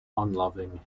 unloving